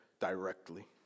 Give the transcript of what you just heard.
directly